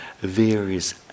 various